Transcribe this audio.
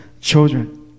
children